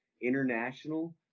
international